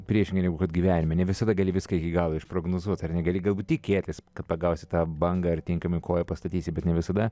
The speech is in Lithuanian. priešingai negu kad gyvenime ne visada gali viską iki galo išprognozuot ar ne gali galbūt tikėtis kad pagausi tą bangą ir tinkamai koją pastatyti bet ne visada